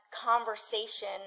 conversation